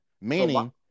Meaning